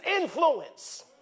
influence